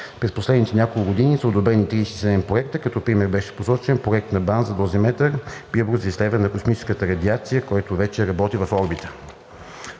През последните няколко години са одобрени 37 проекта. Като пример беше посочен проект на БАН за дозиметър – прибор за изследване на космическата радиация, който вече работи в орбита.